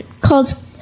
called